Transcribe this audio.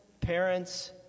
parents